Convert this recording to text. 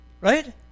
right